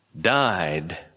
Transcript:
died